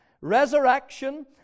resurrection